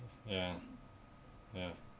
ya ya